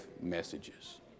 messages